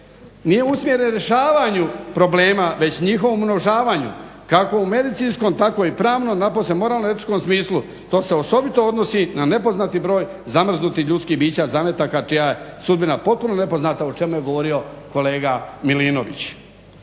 nije usmjeren rješavanju problema već njihovom umnožavanju kako u medicinskom tako i pravnom napose moralno-etičkom smislu. To se osobito odnosi na nepoznati broj zamrznutih ljudskih bića zametaka čija je sudbina potpuno nepoznata o čemu je govorio kolega Milinović.